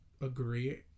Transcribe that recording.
Agree